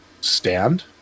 stand